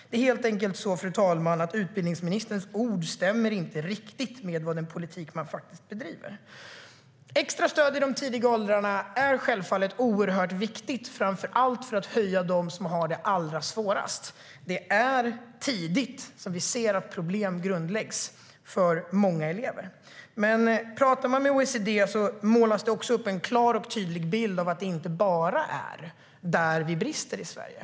Det är helt enkelt så, fru talman, att utbildningsministerns ord inte riktigt stämmer med den politik man faktiskt bedriver. Extra stöd i de tidiga åldrarna är självfallet oerhört viktigt, framför allt för att höja dem som har det allra svårast. Det är tidigt som vi ser att problem grundläggs för många elever. Men pratar man med OECD målas det också upp en klar och tydlig bild av att det inte bara är där det brister i Sverige.